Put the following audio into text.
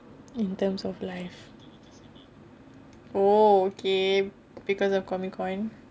in terms of life oh okay cause of comic con